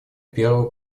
первого